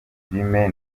filimi